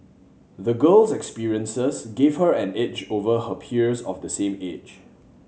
the girl's experiences gave her an edge over her peers of the same age